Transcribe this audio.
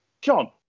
John